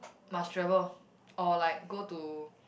must travel or like go to